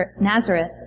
Nazareth